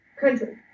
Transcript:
country